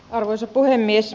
arvoisa puhemies